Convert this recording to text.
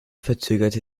verzögerte